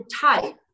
type